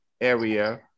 area